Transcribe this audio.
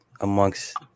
amongst